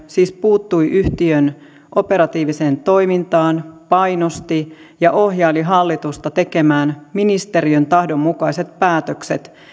siis puuttui yhtiön operatiiviseen toimintaan painosti ja ohjaili hallitusta tekemään ministeriön tahdon mukaiset päätökset